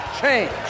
change